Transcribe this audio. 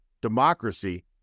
democracy